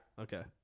Okay